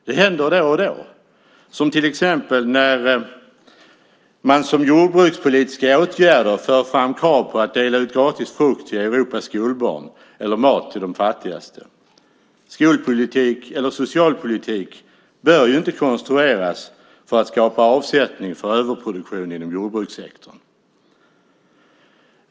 Det händer då och då, som till exempel när man som jordbrukspolitiska åtgärder för fram krav på att det ska delas ut gratis frukt till Europas skolbarn eller mat till de fattigaste. Skolpolitik eller socialpolitik bör inte konstrueras för att skapa avsättning för överproduktion inom jordbrukssektorn.